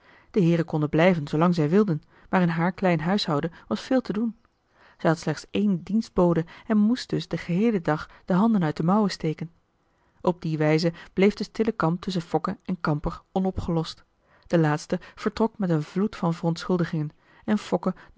de heeren konden blijven zoolang zij wilden maar in haar klein huishouden was veel te doen zij had slechts ééne dienstbode en moest dus den geheelen dag de handen uit de mouwen steken op die wijze bleef de stille kamp tusschen fokke en kamper onopgelost de laatste vertrok met een vloed van verontschuldigingen en